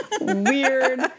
weird